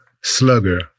Slugger